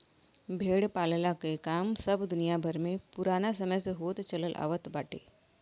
भेड़ पालला के काम सब दुनिया भर में पुराना समय से होत चलत आवत बाटे